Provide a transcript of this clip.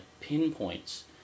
pinpoints